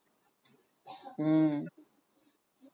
mm